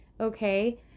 okay